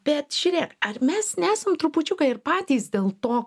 bet žiūrėk ar mes nesam trupučiuką ir patys dėl to